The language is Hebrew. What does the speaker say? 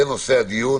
זה נושא הדיון